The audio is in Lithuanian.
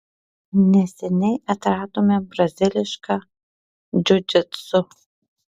neseniai atradome brazilišką džiudžitsu